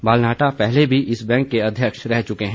बालनाटाह पहले भी इस बैंक के अध्यक्ष रह चुके हैं